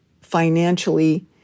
financially